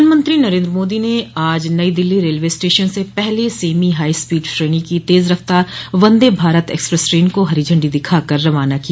प्रधानमंत्री नरेन्द्र मोदी ने आज नई दिल्ली रेलवे स्टेशन से पहली सेमी हाई स्पीड श्रेणी की तेज रफ़्तार वंदे भारत एक्सप्रेस ट्रेन को हरी झंडी दिखा कर रवाना किया